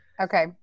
Okay